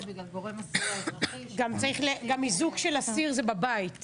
גם איזוק של אסיר הוא בבית.